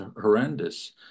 horrendous